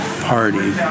Party